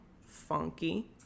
funky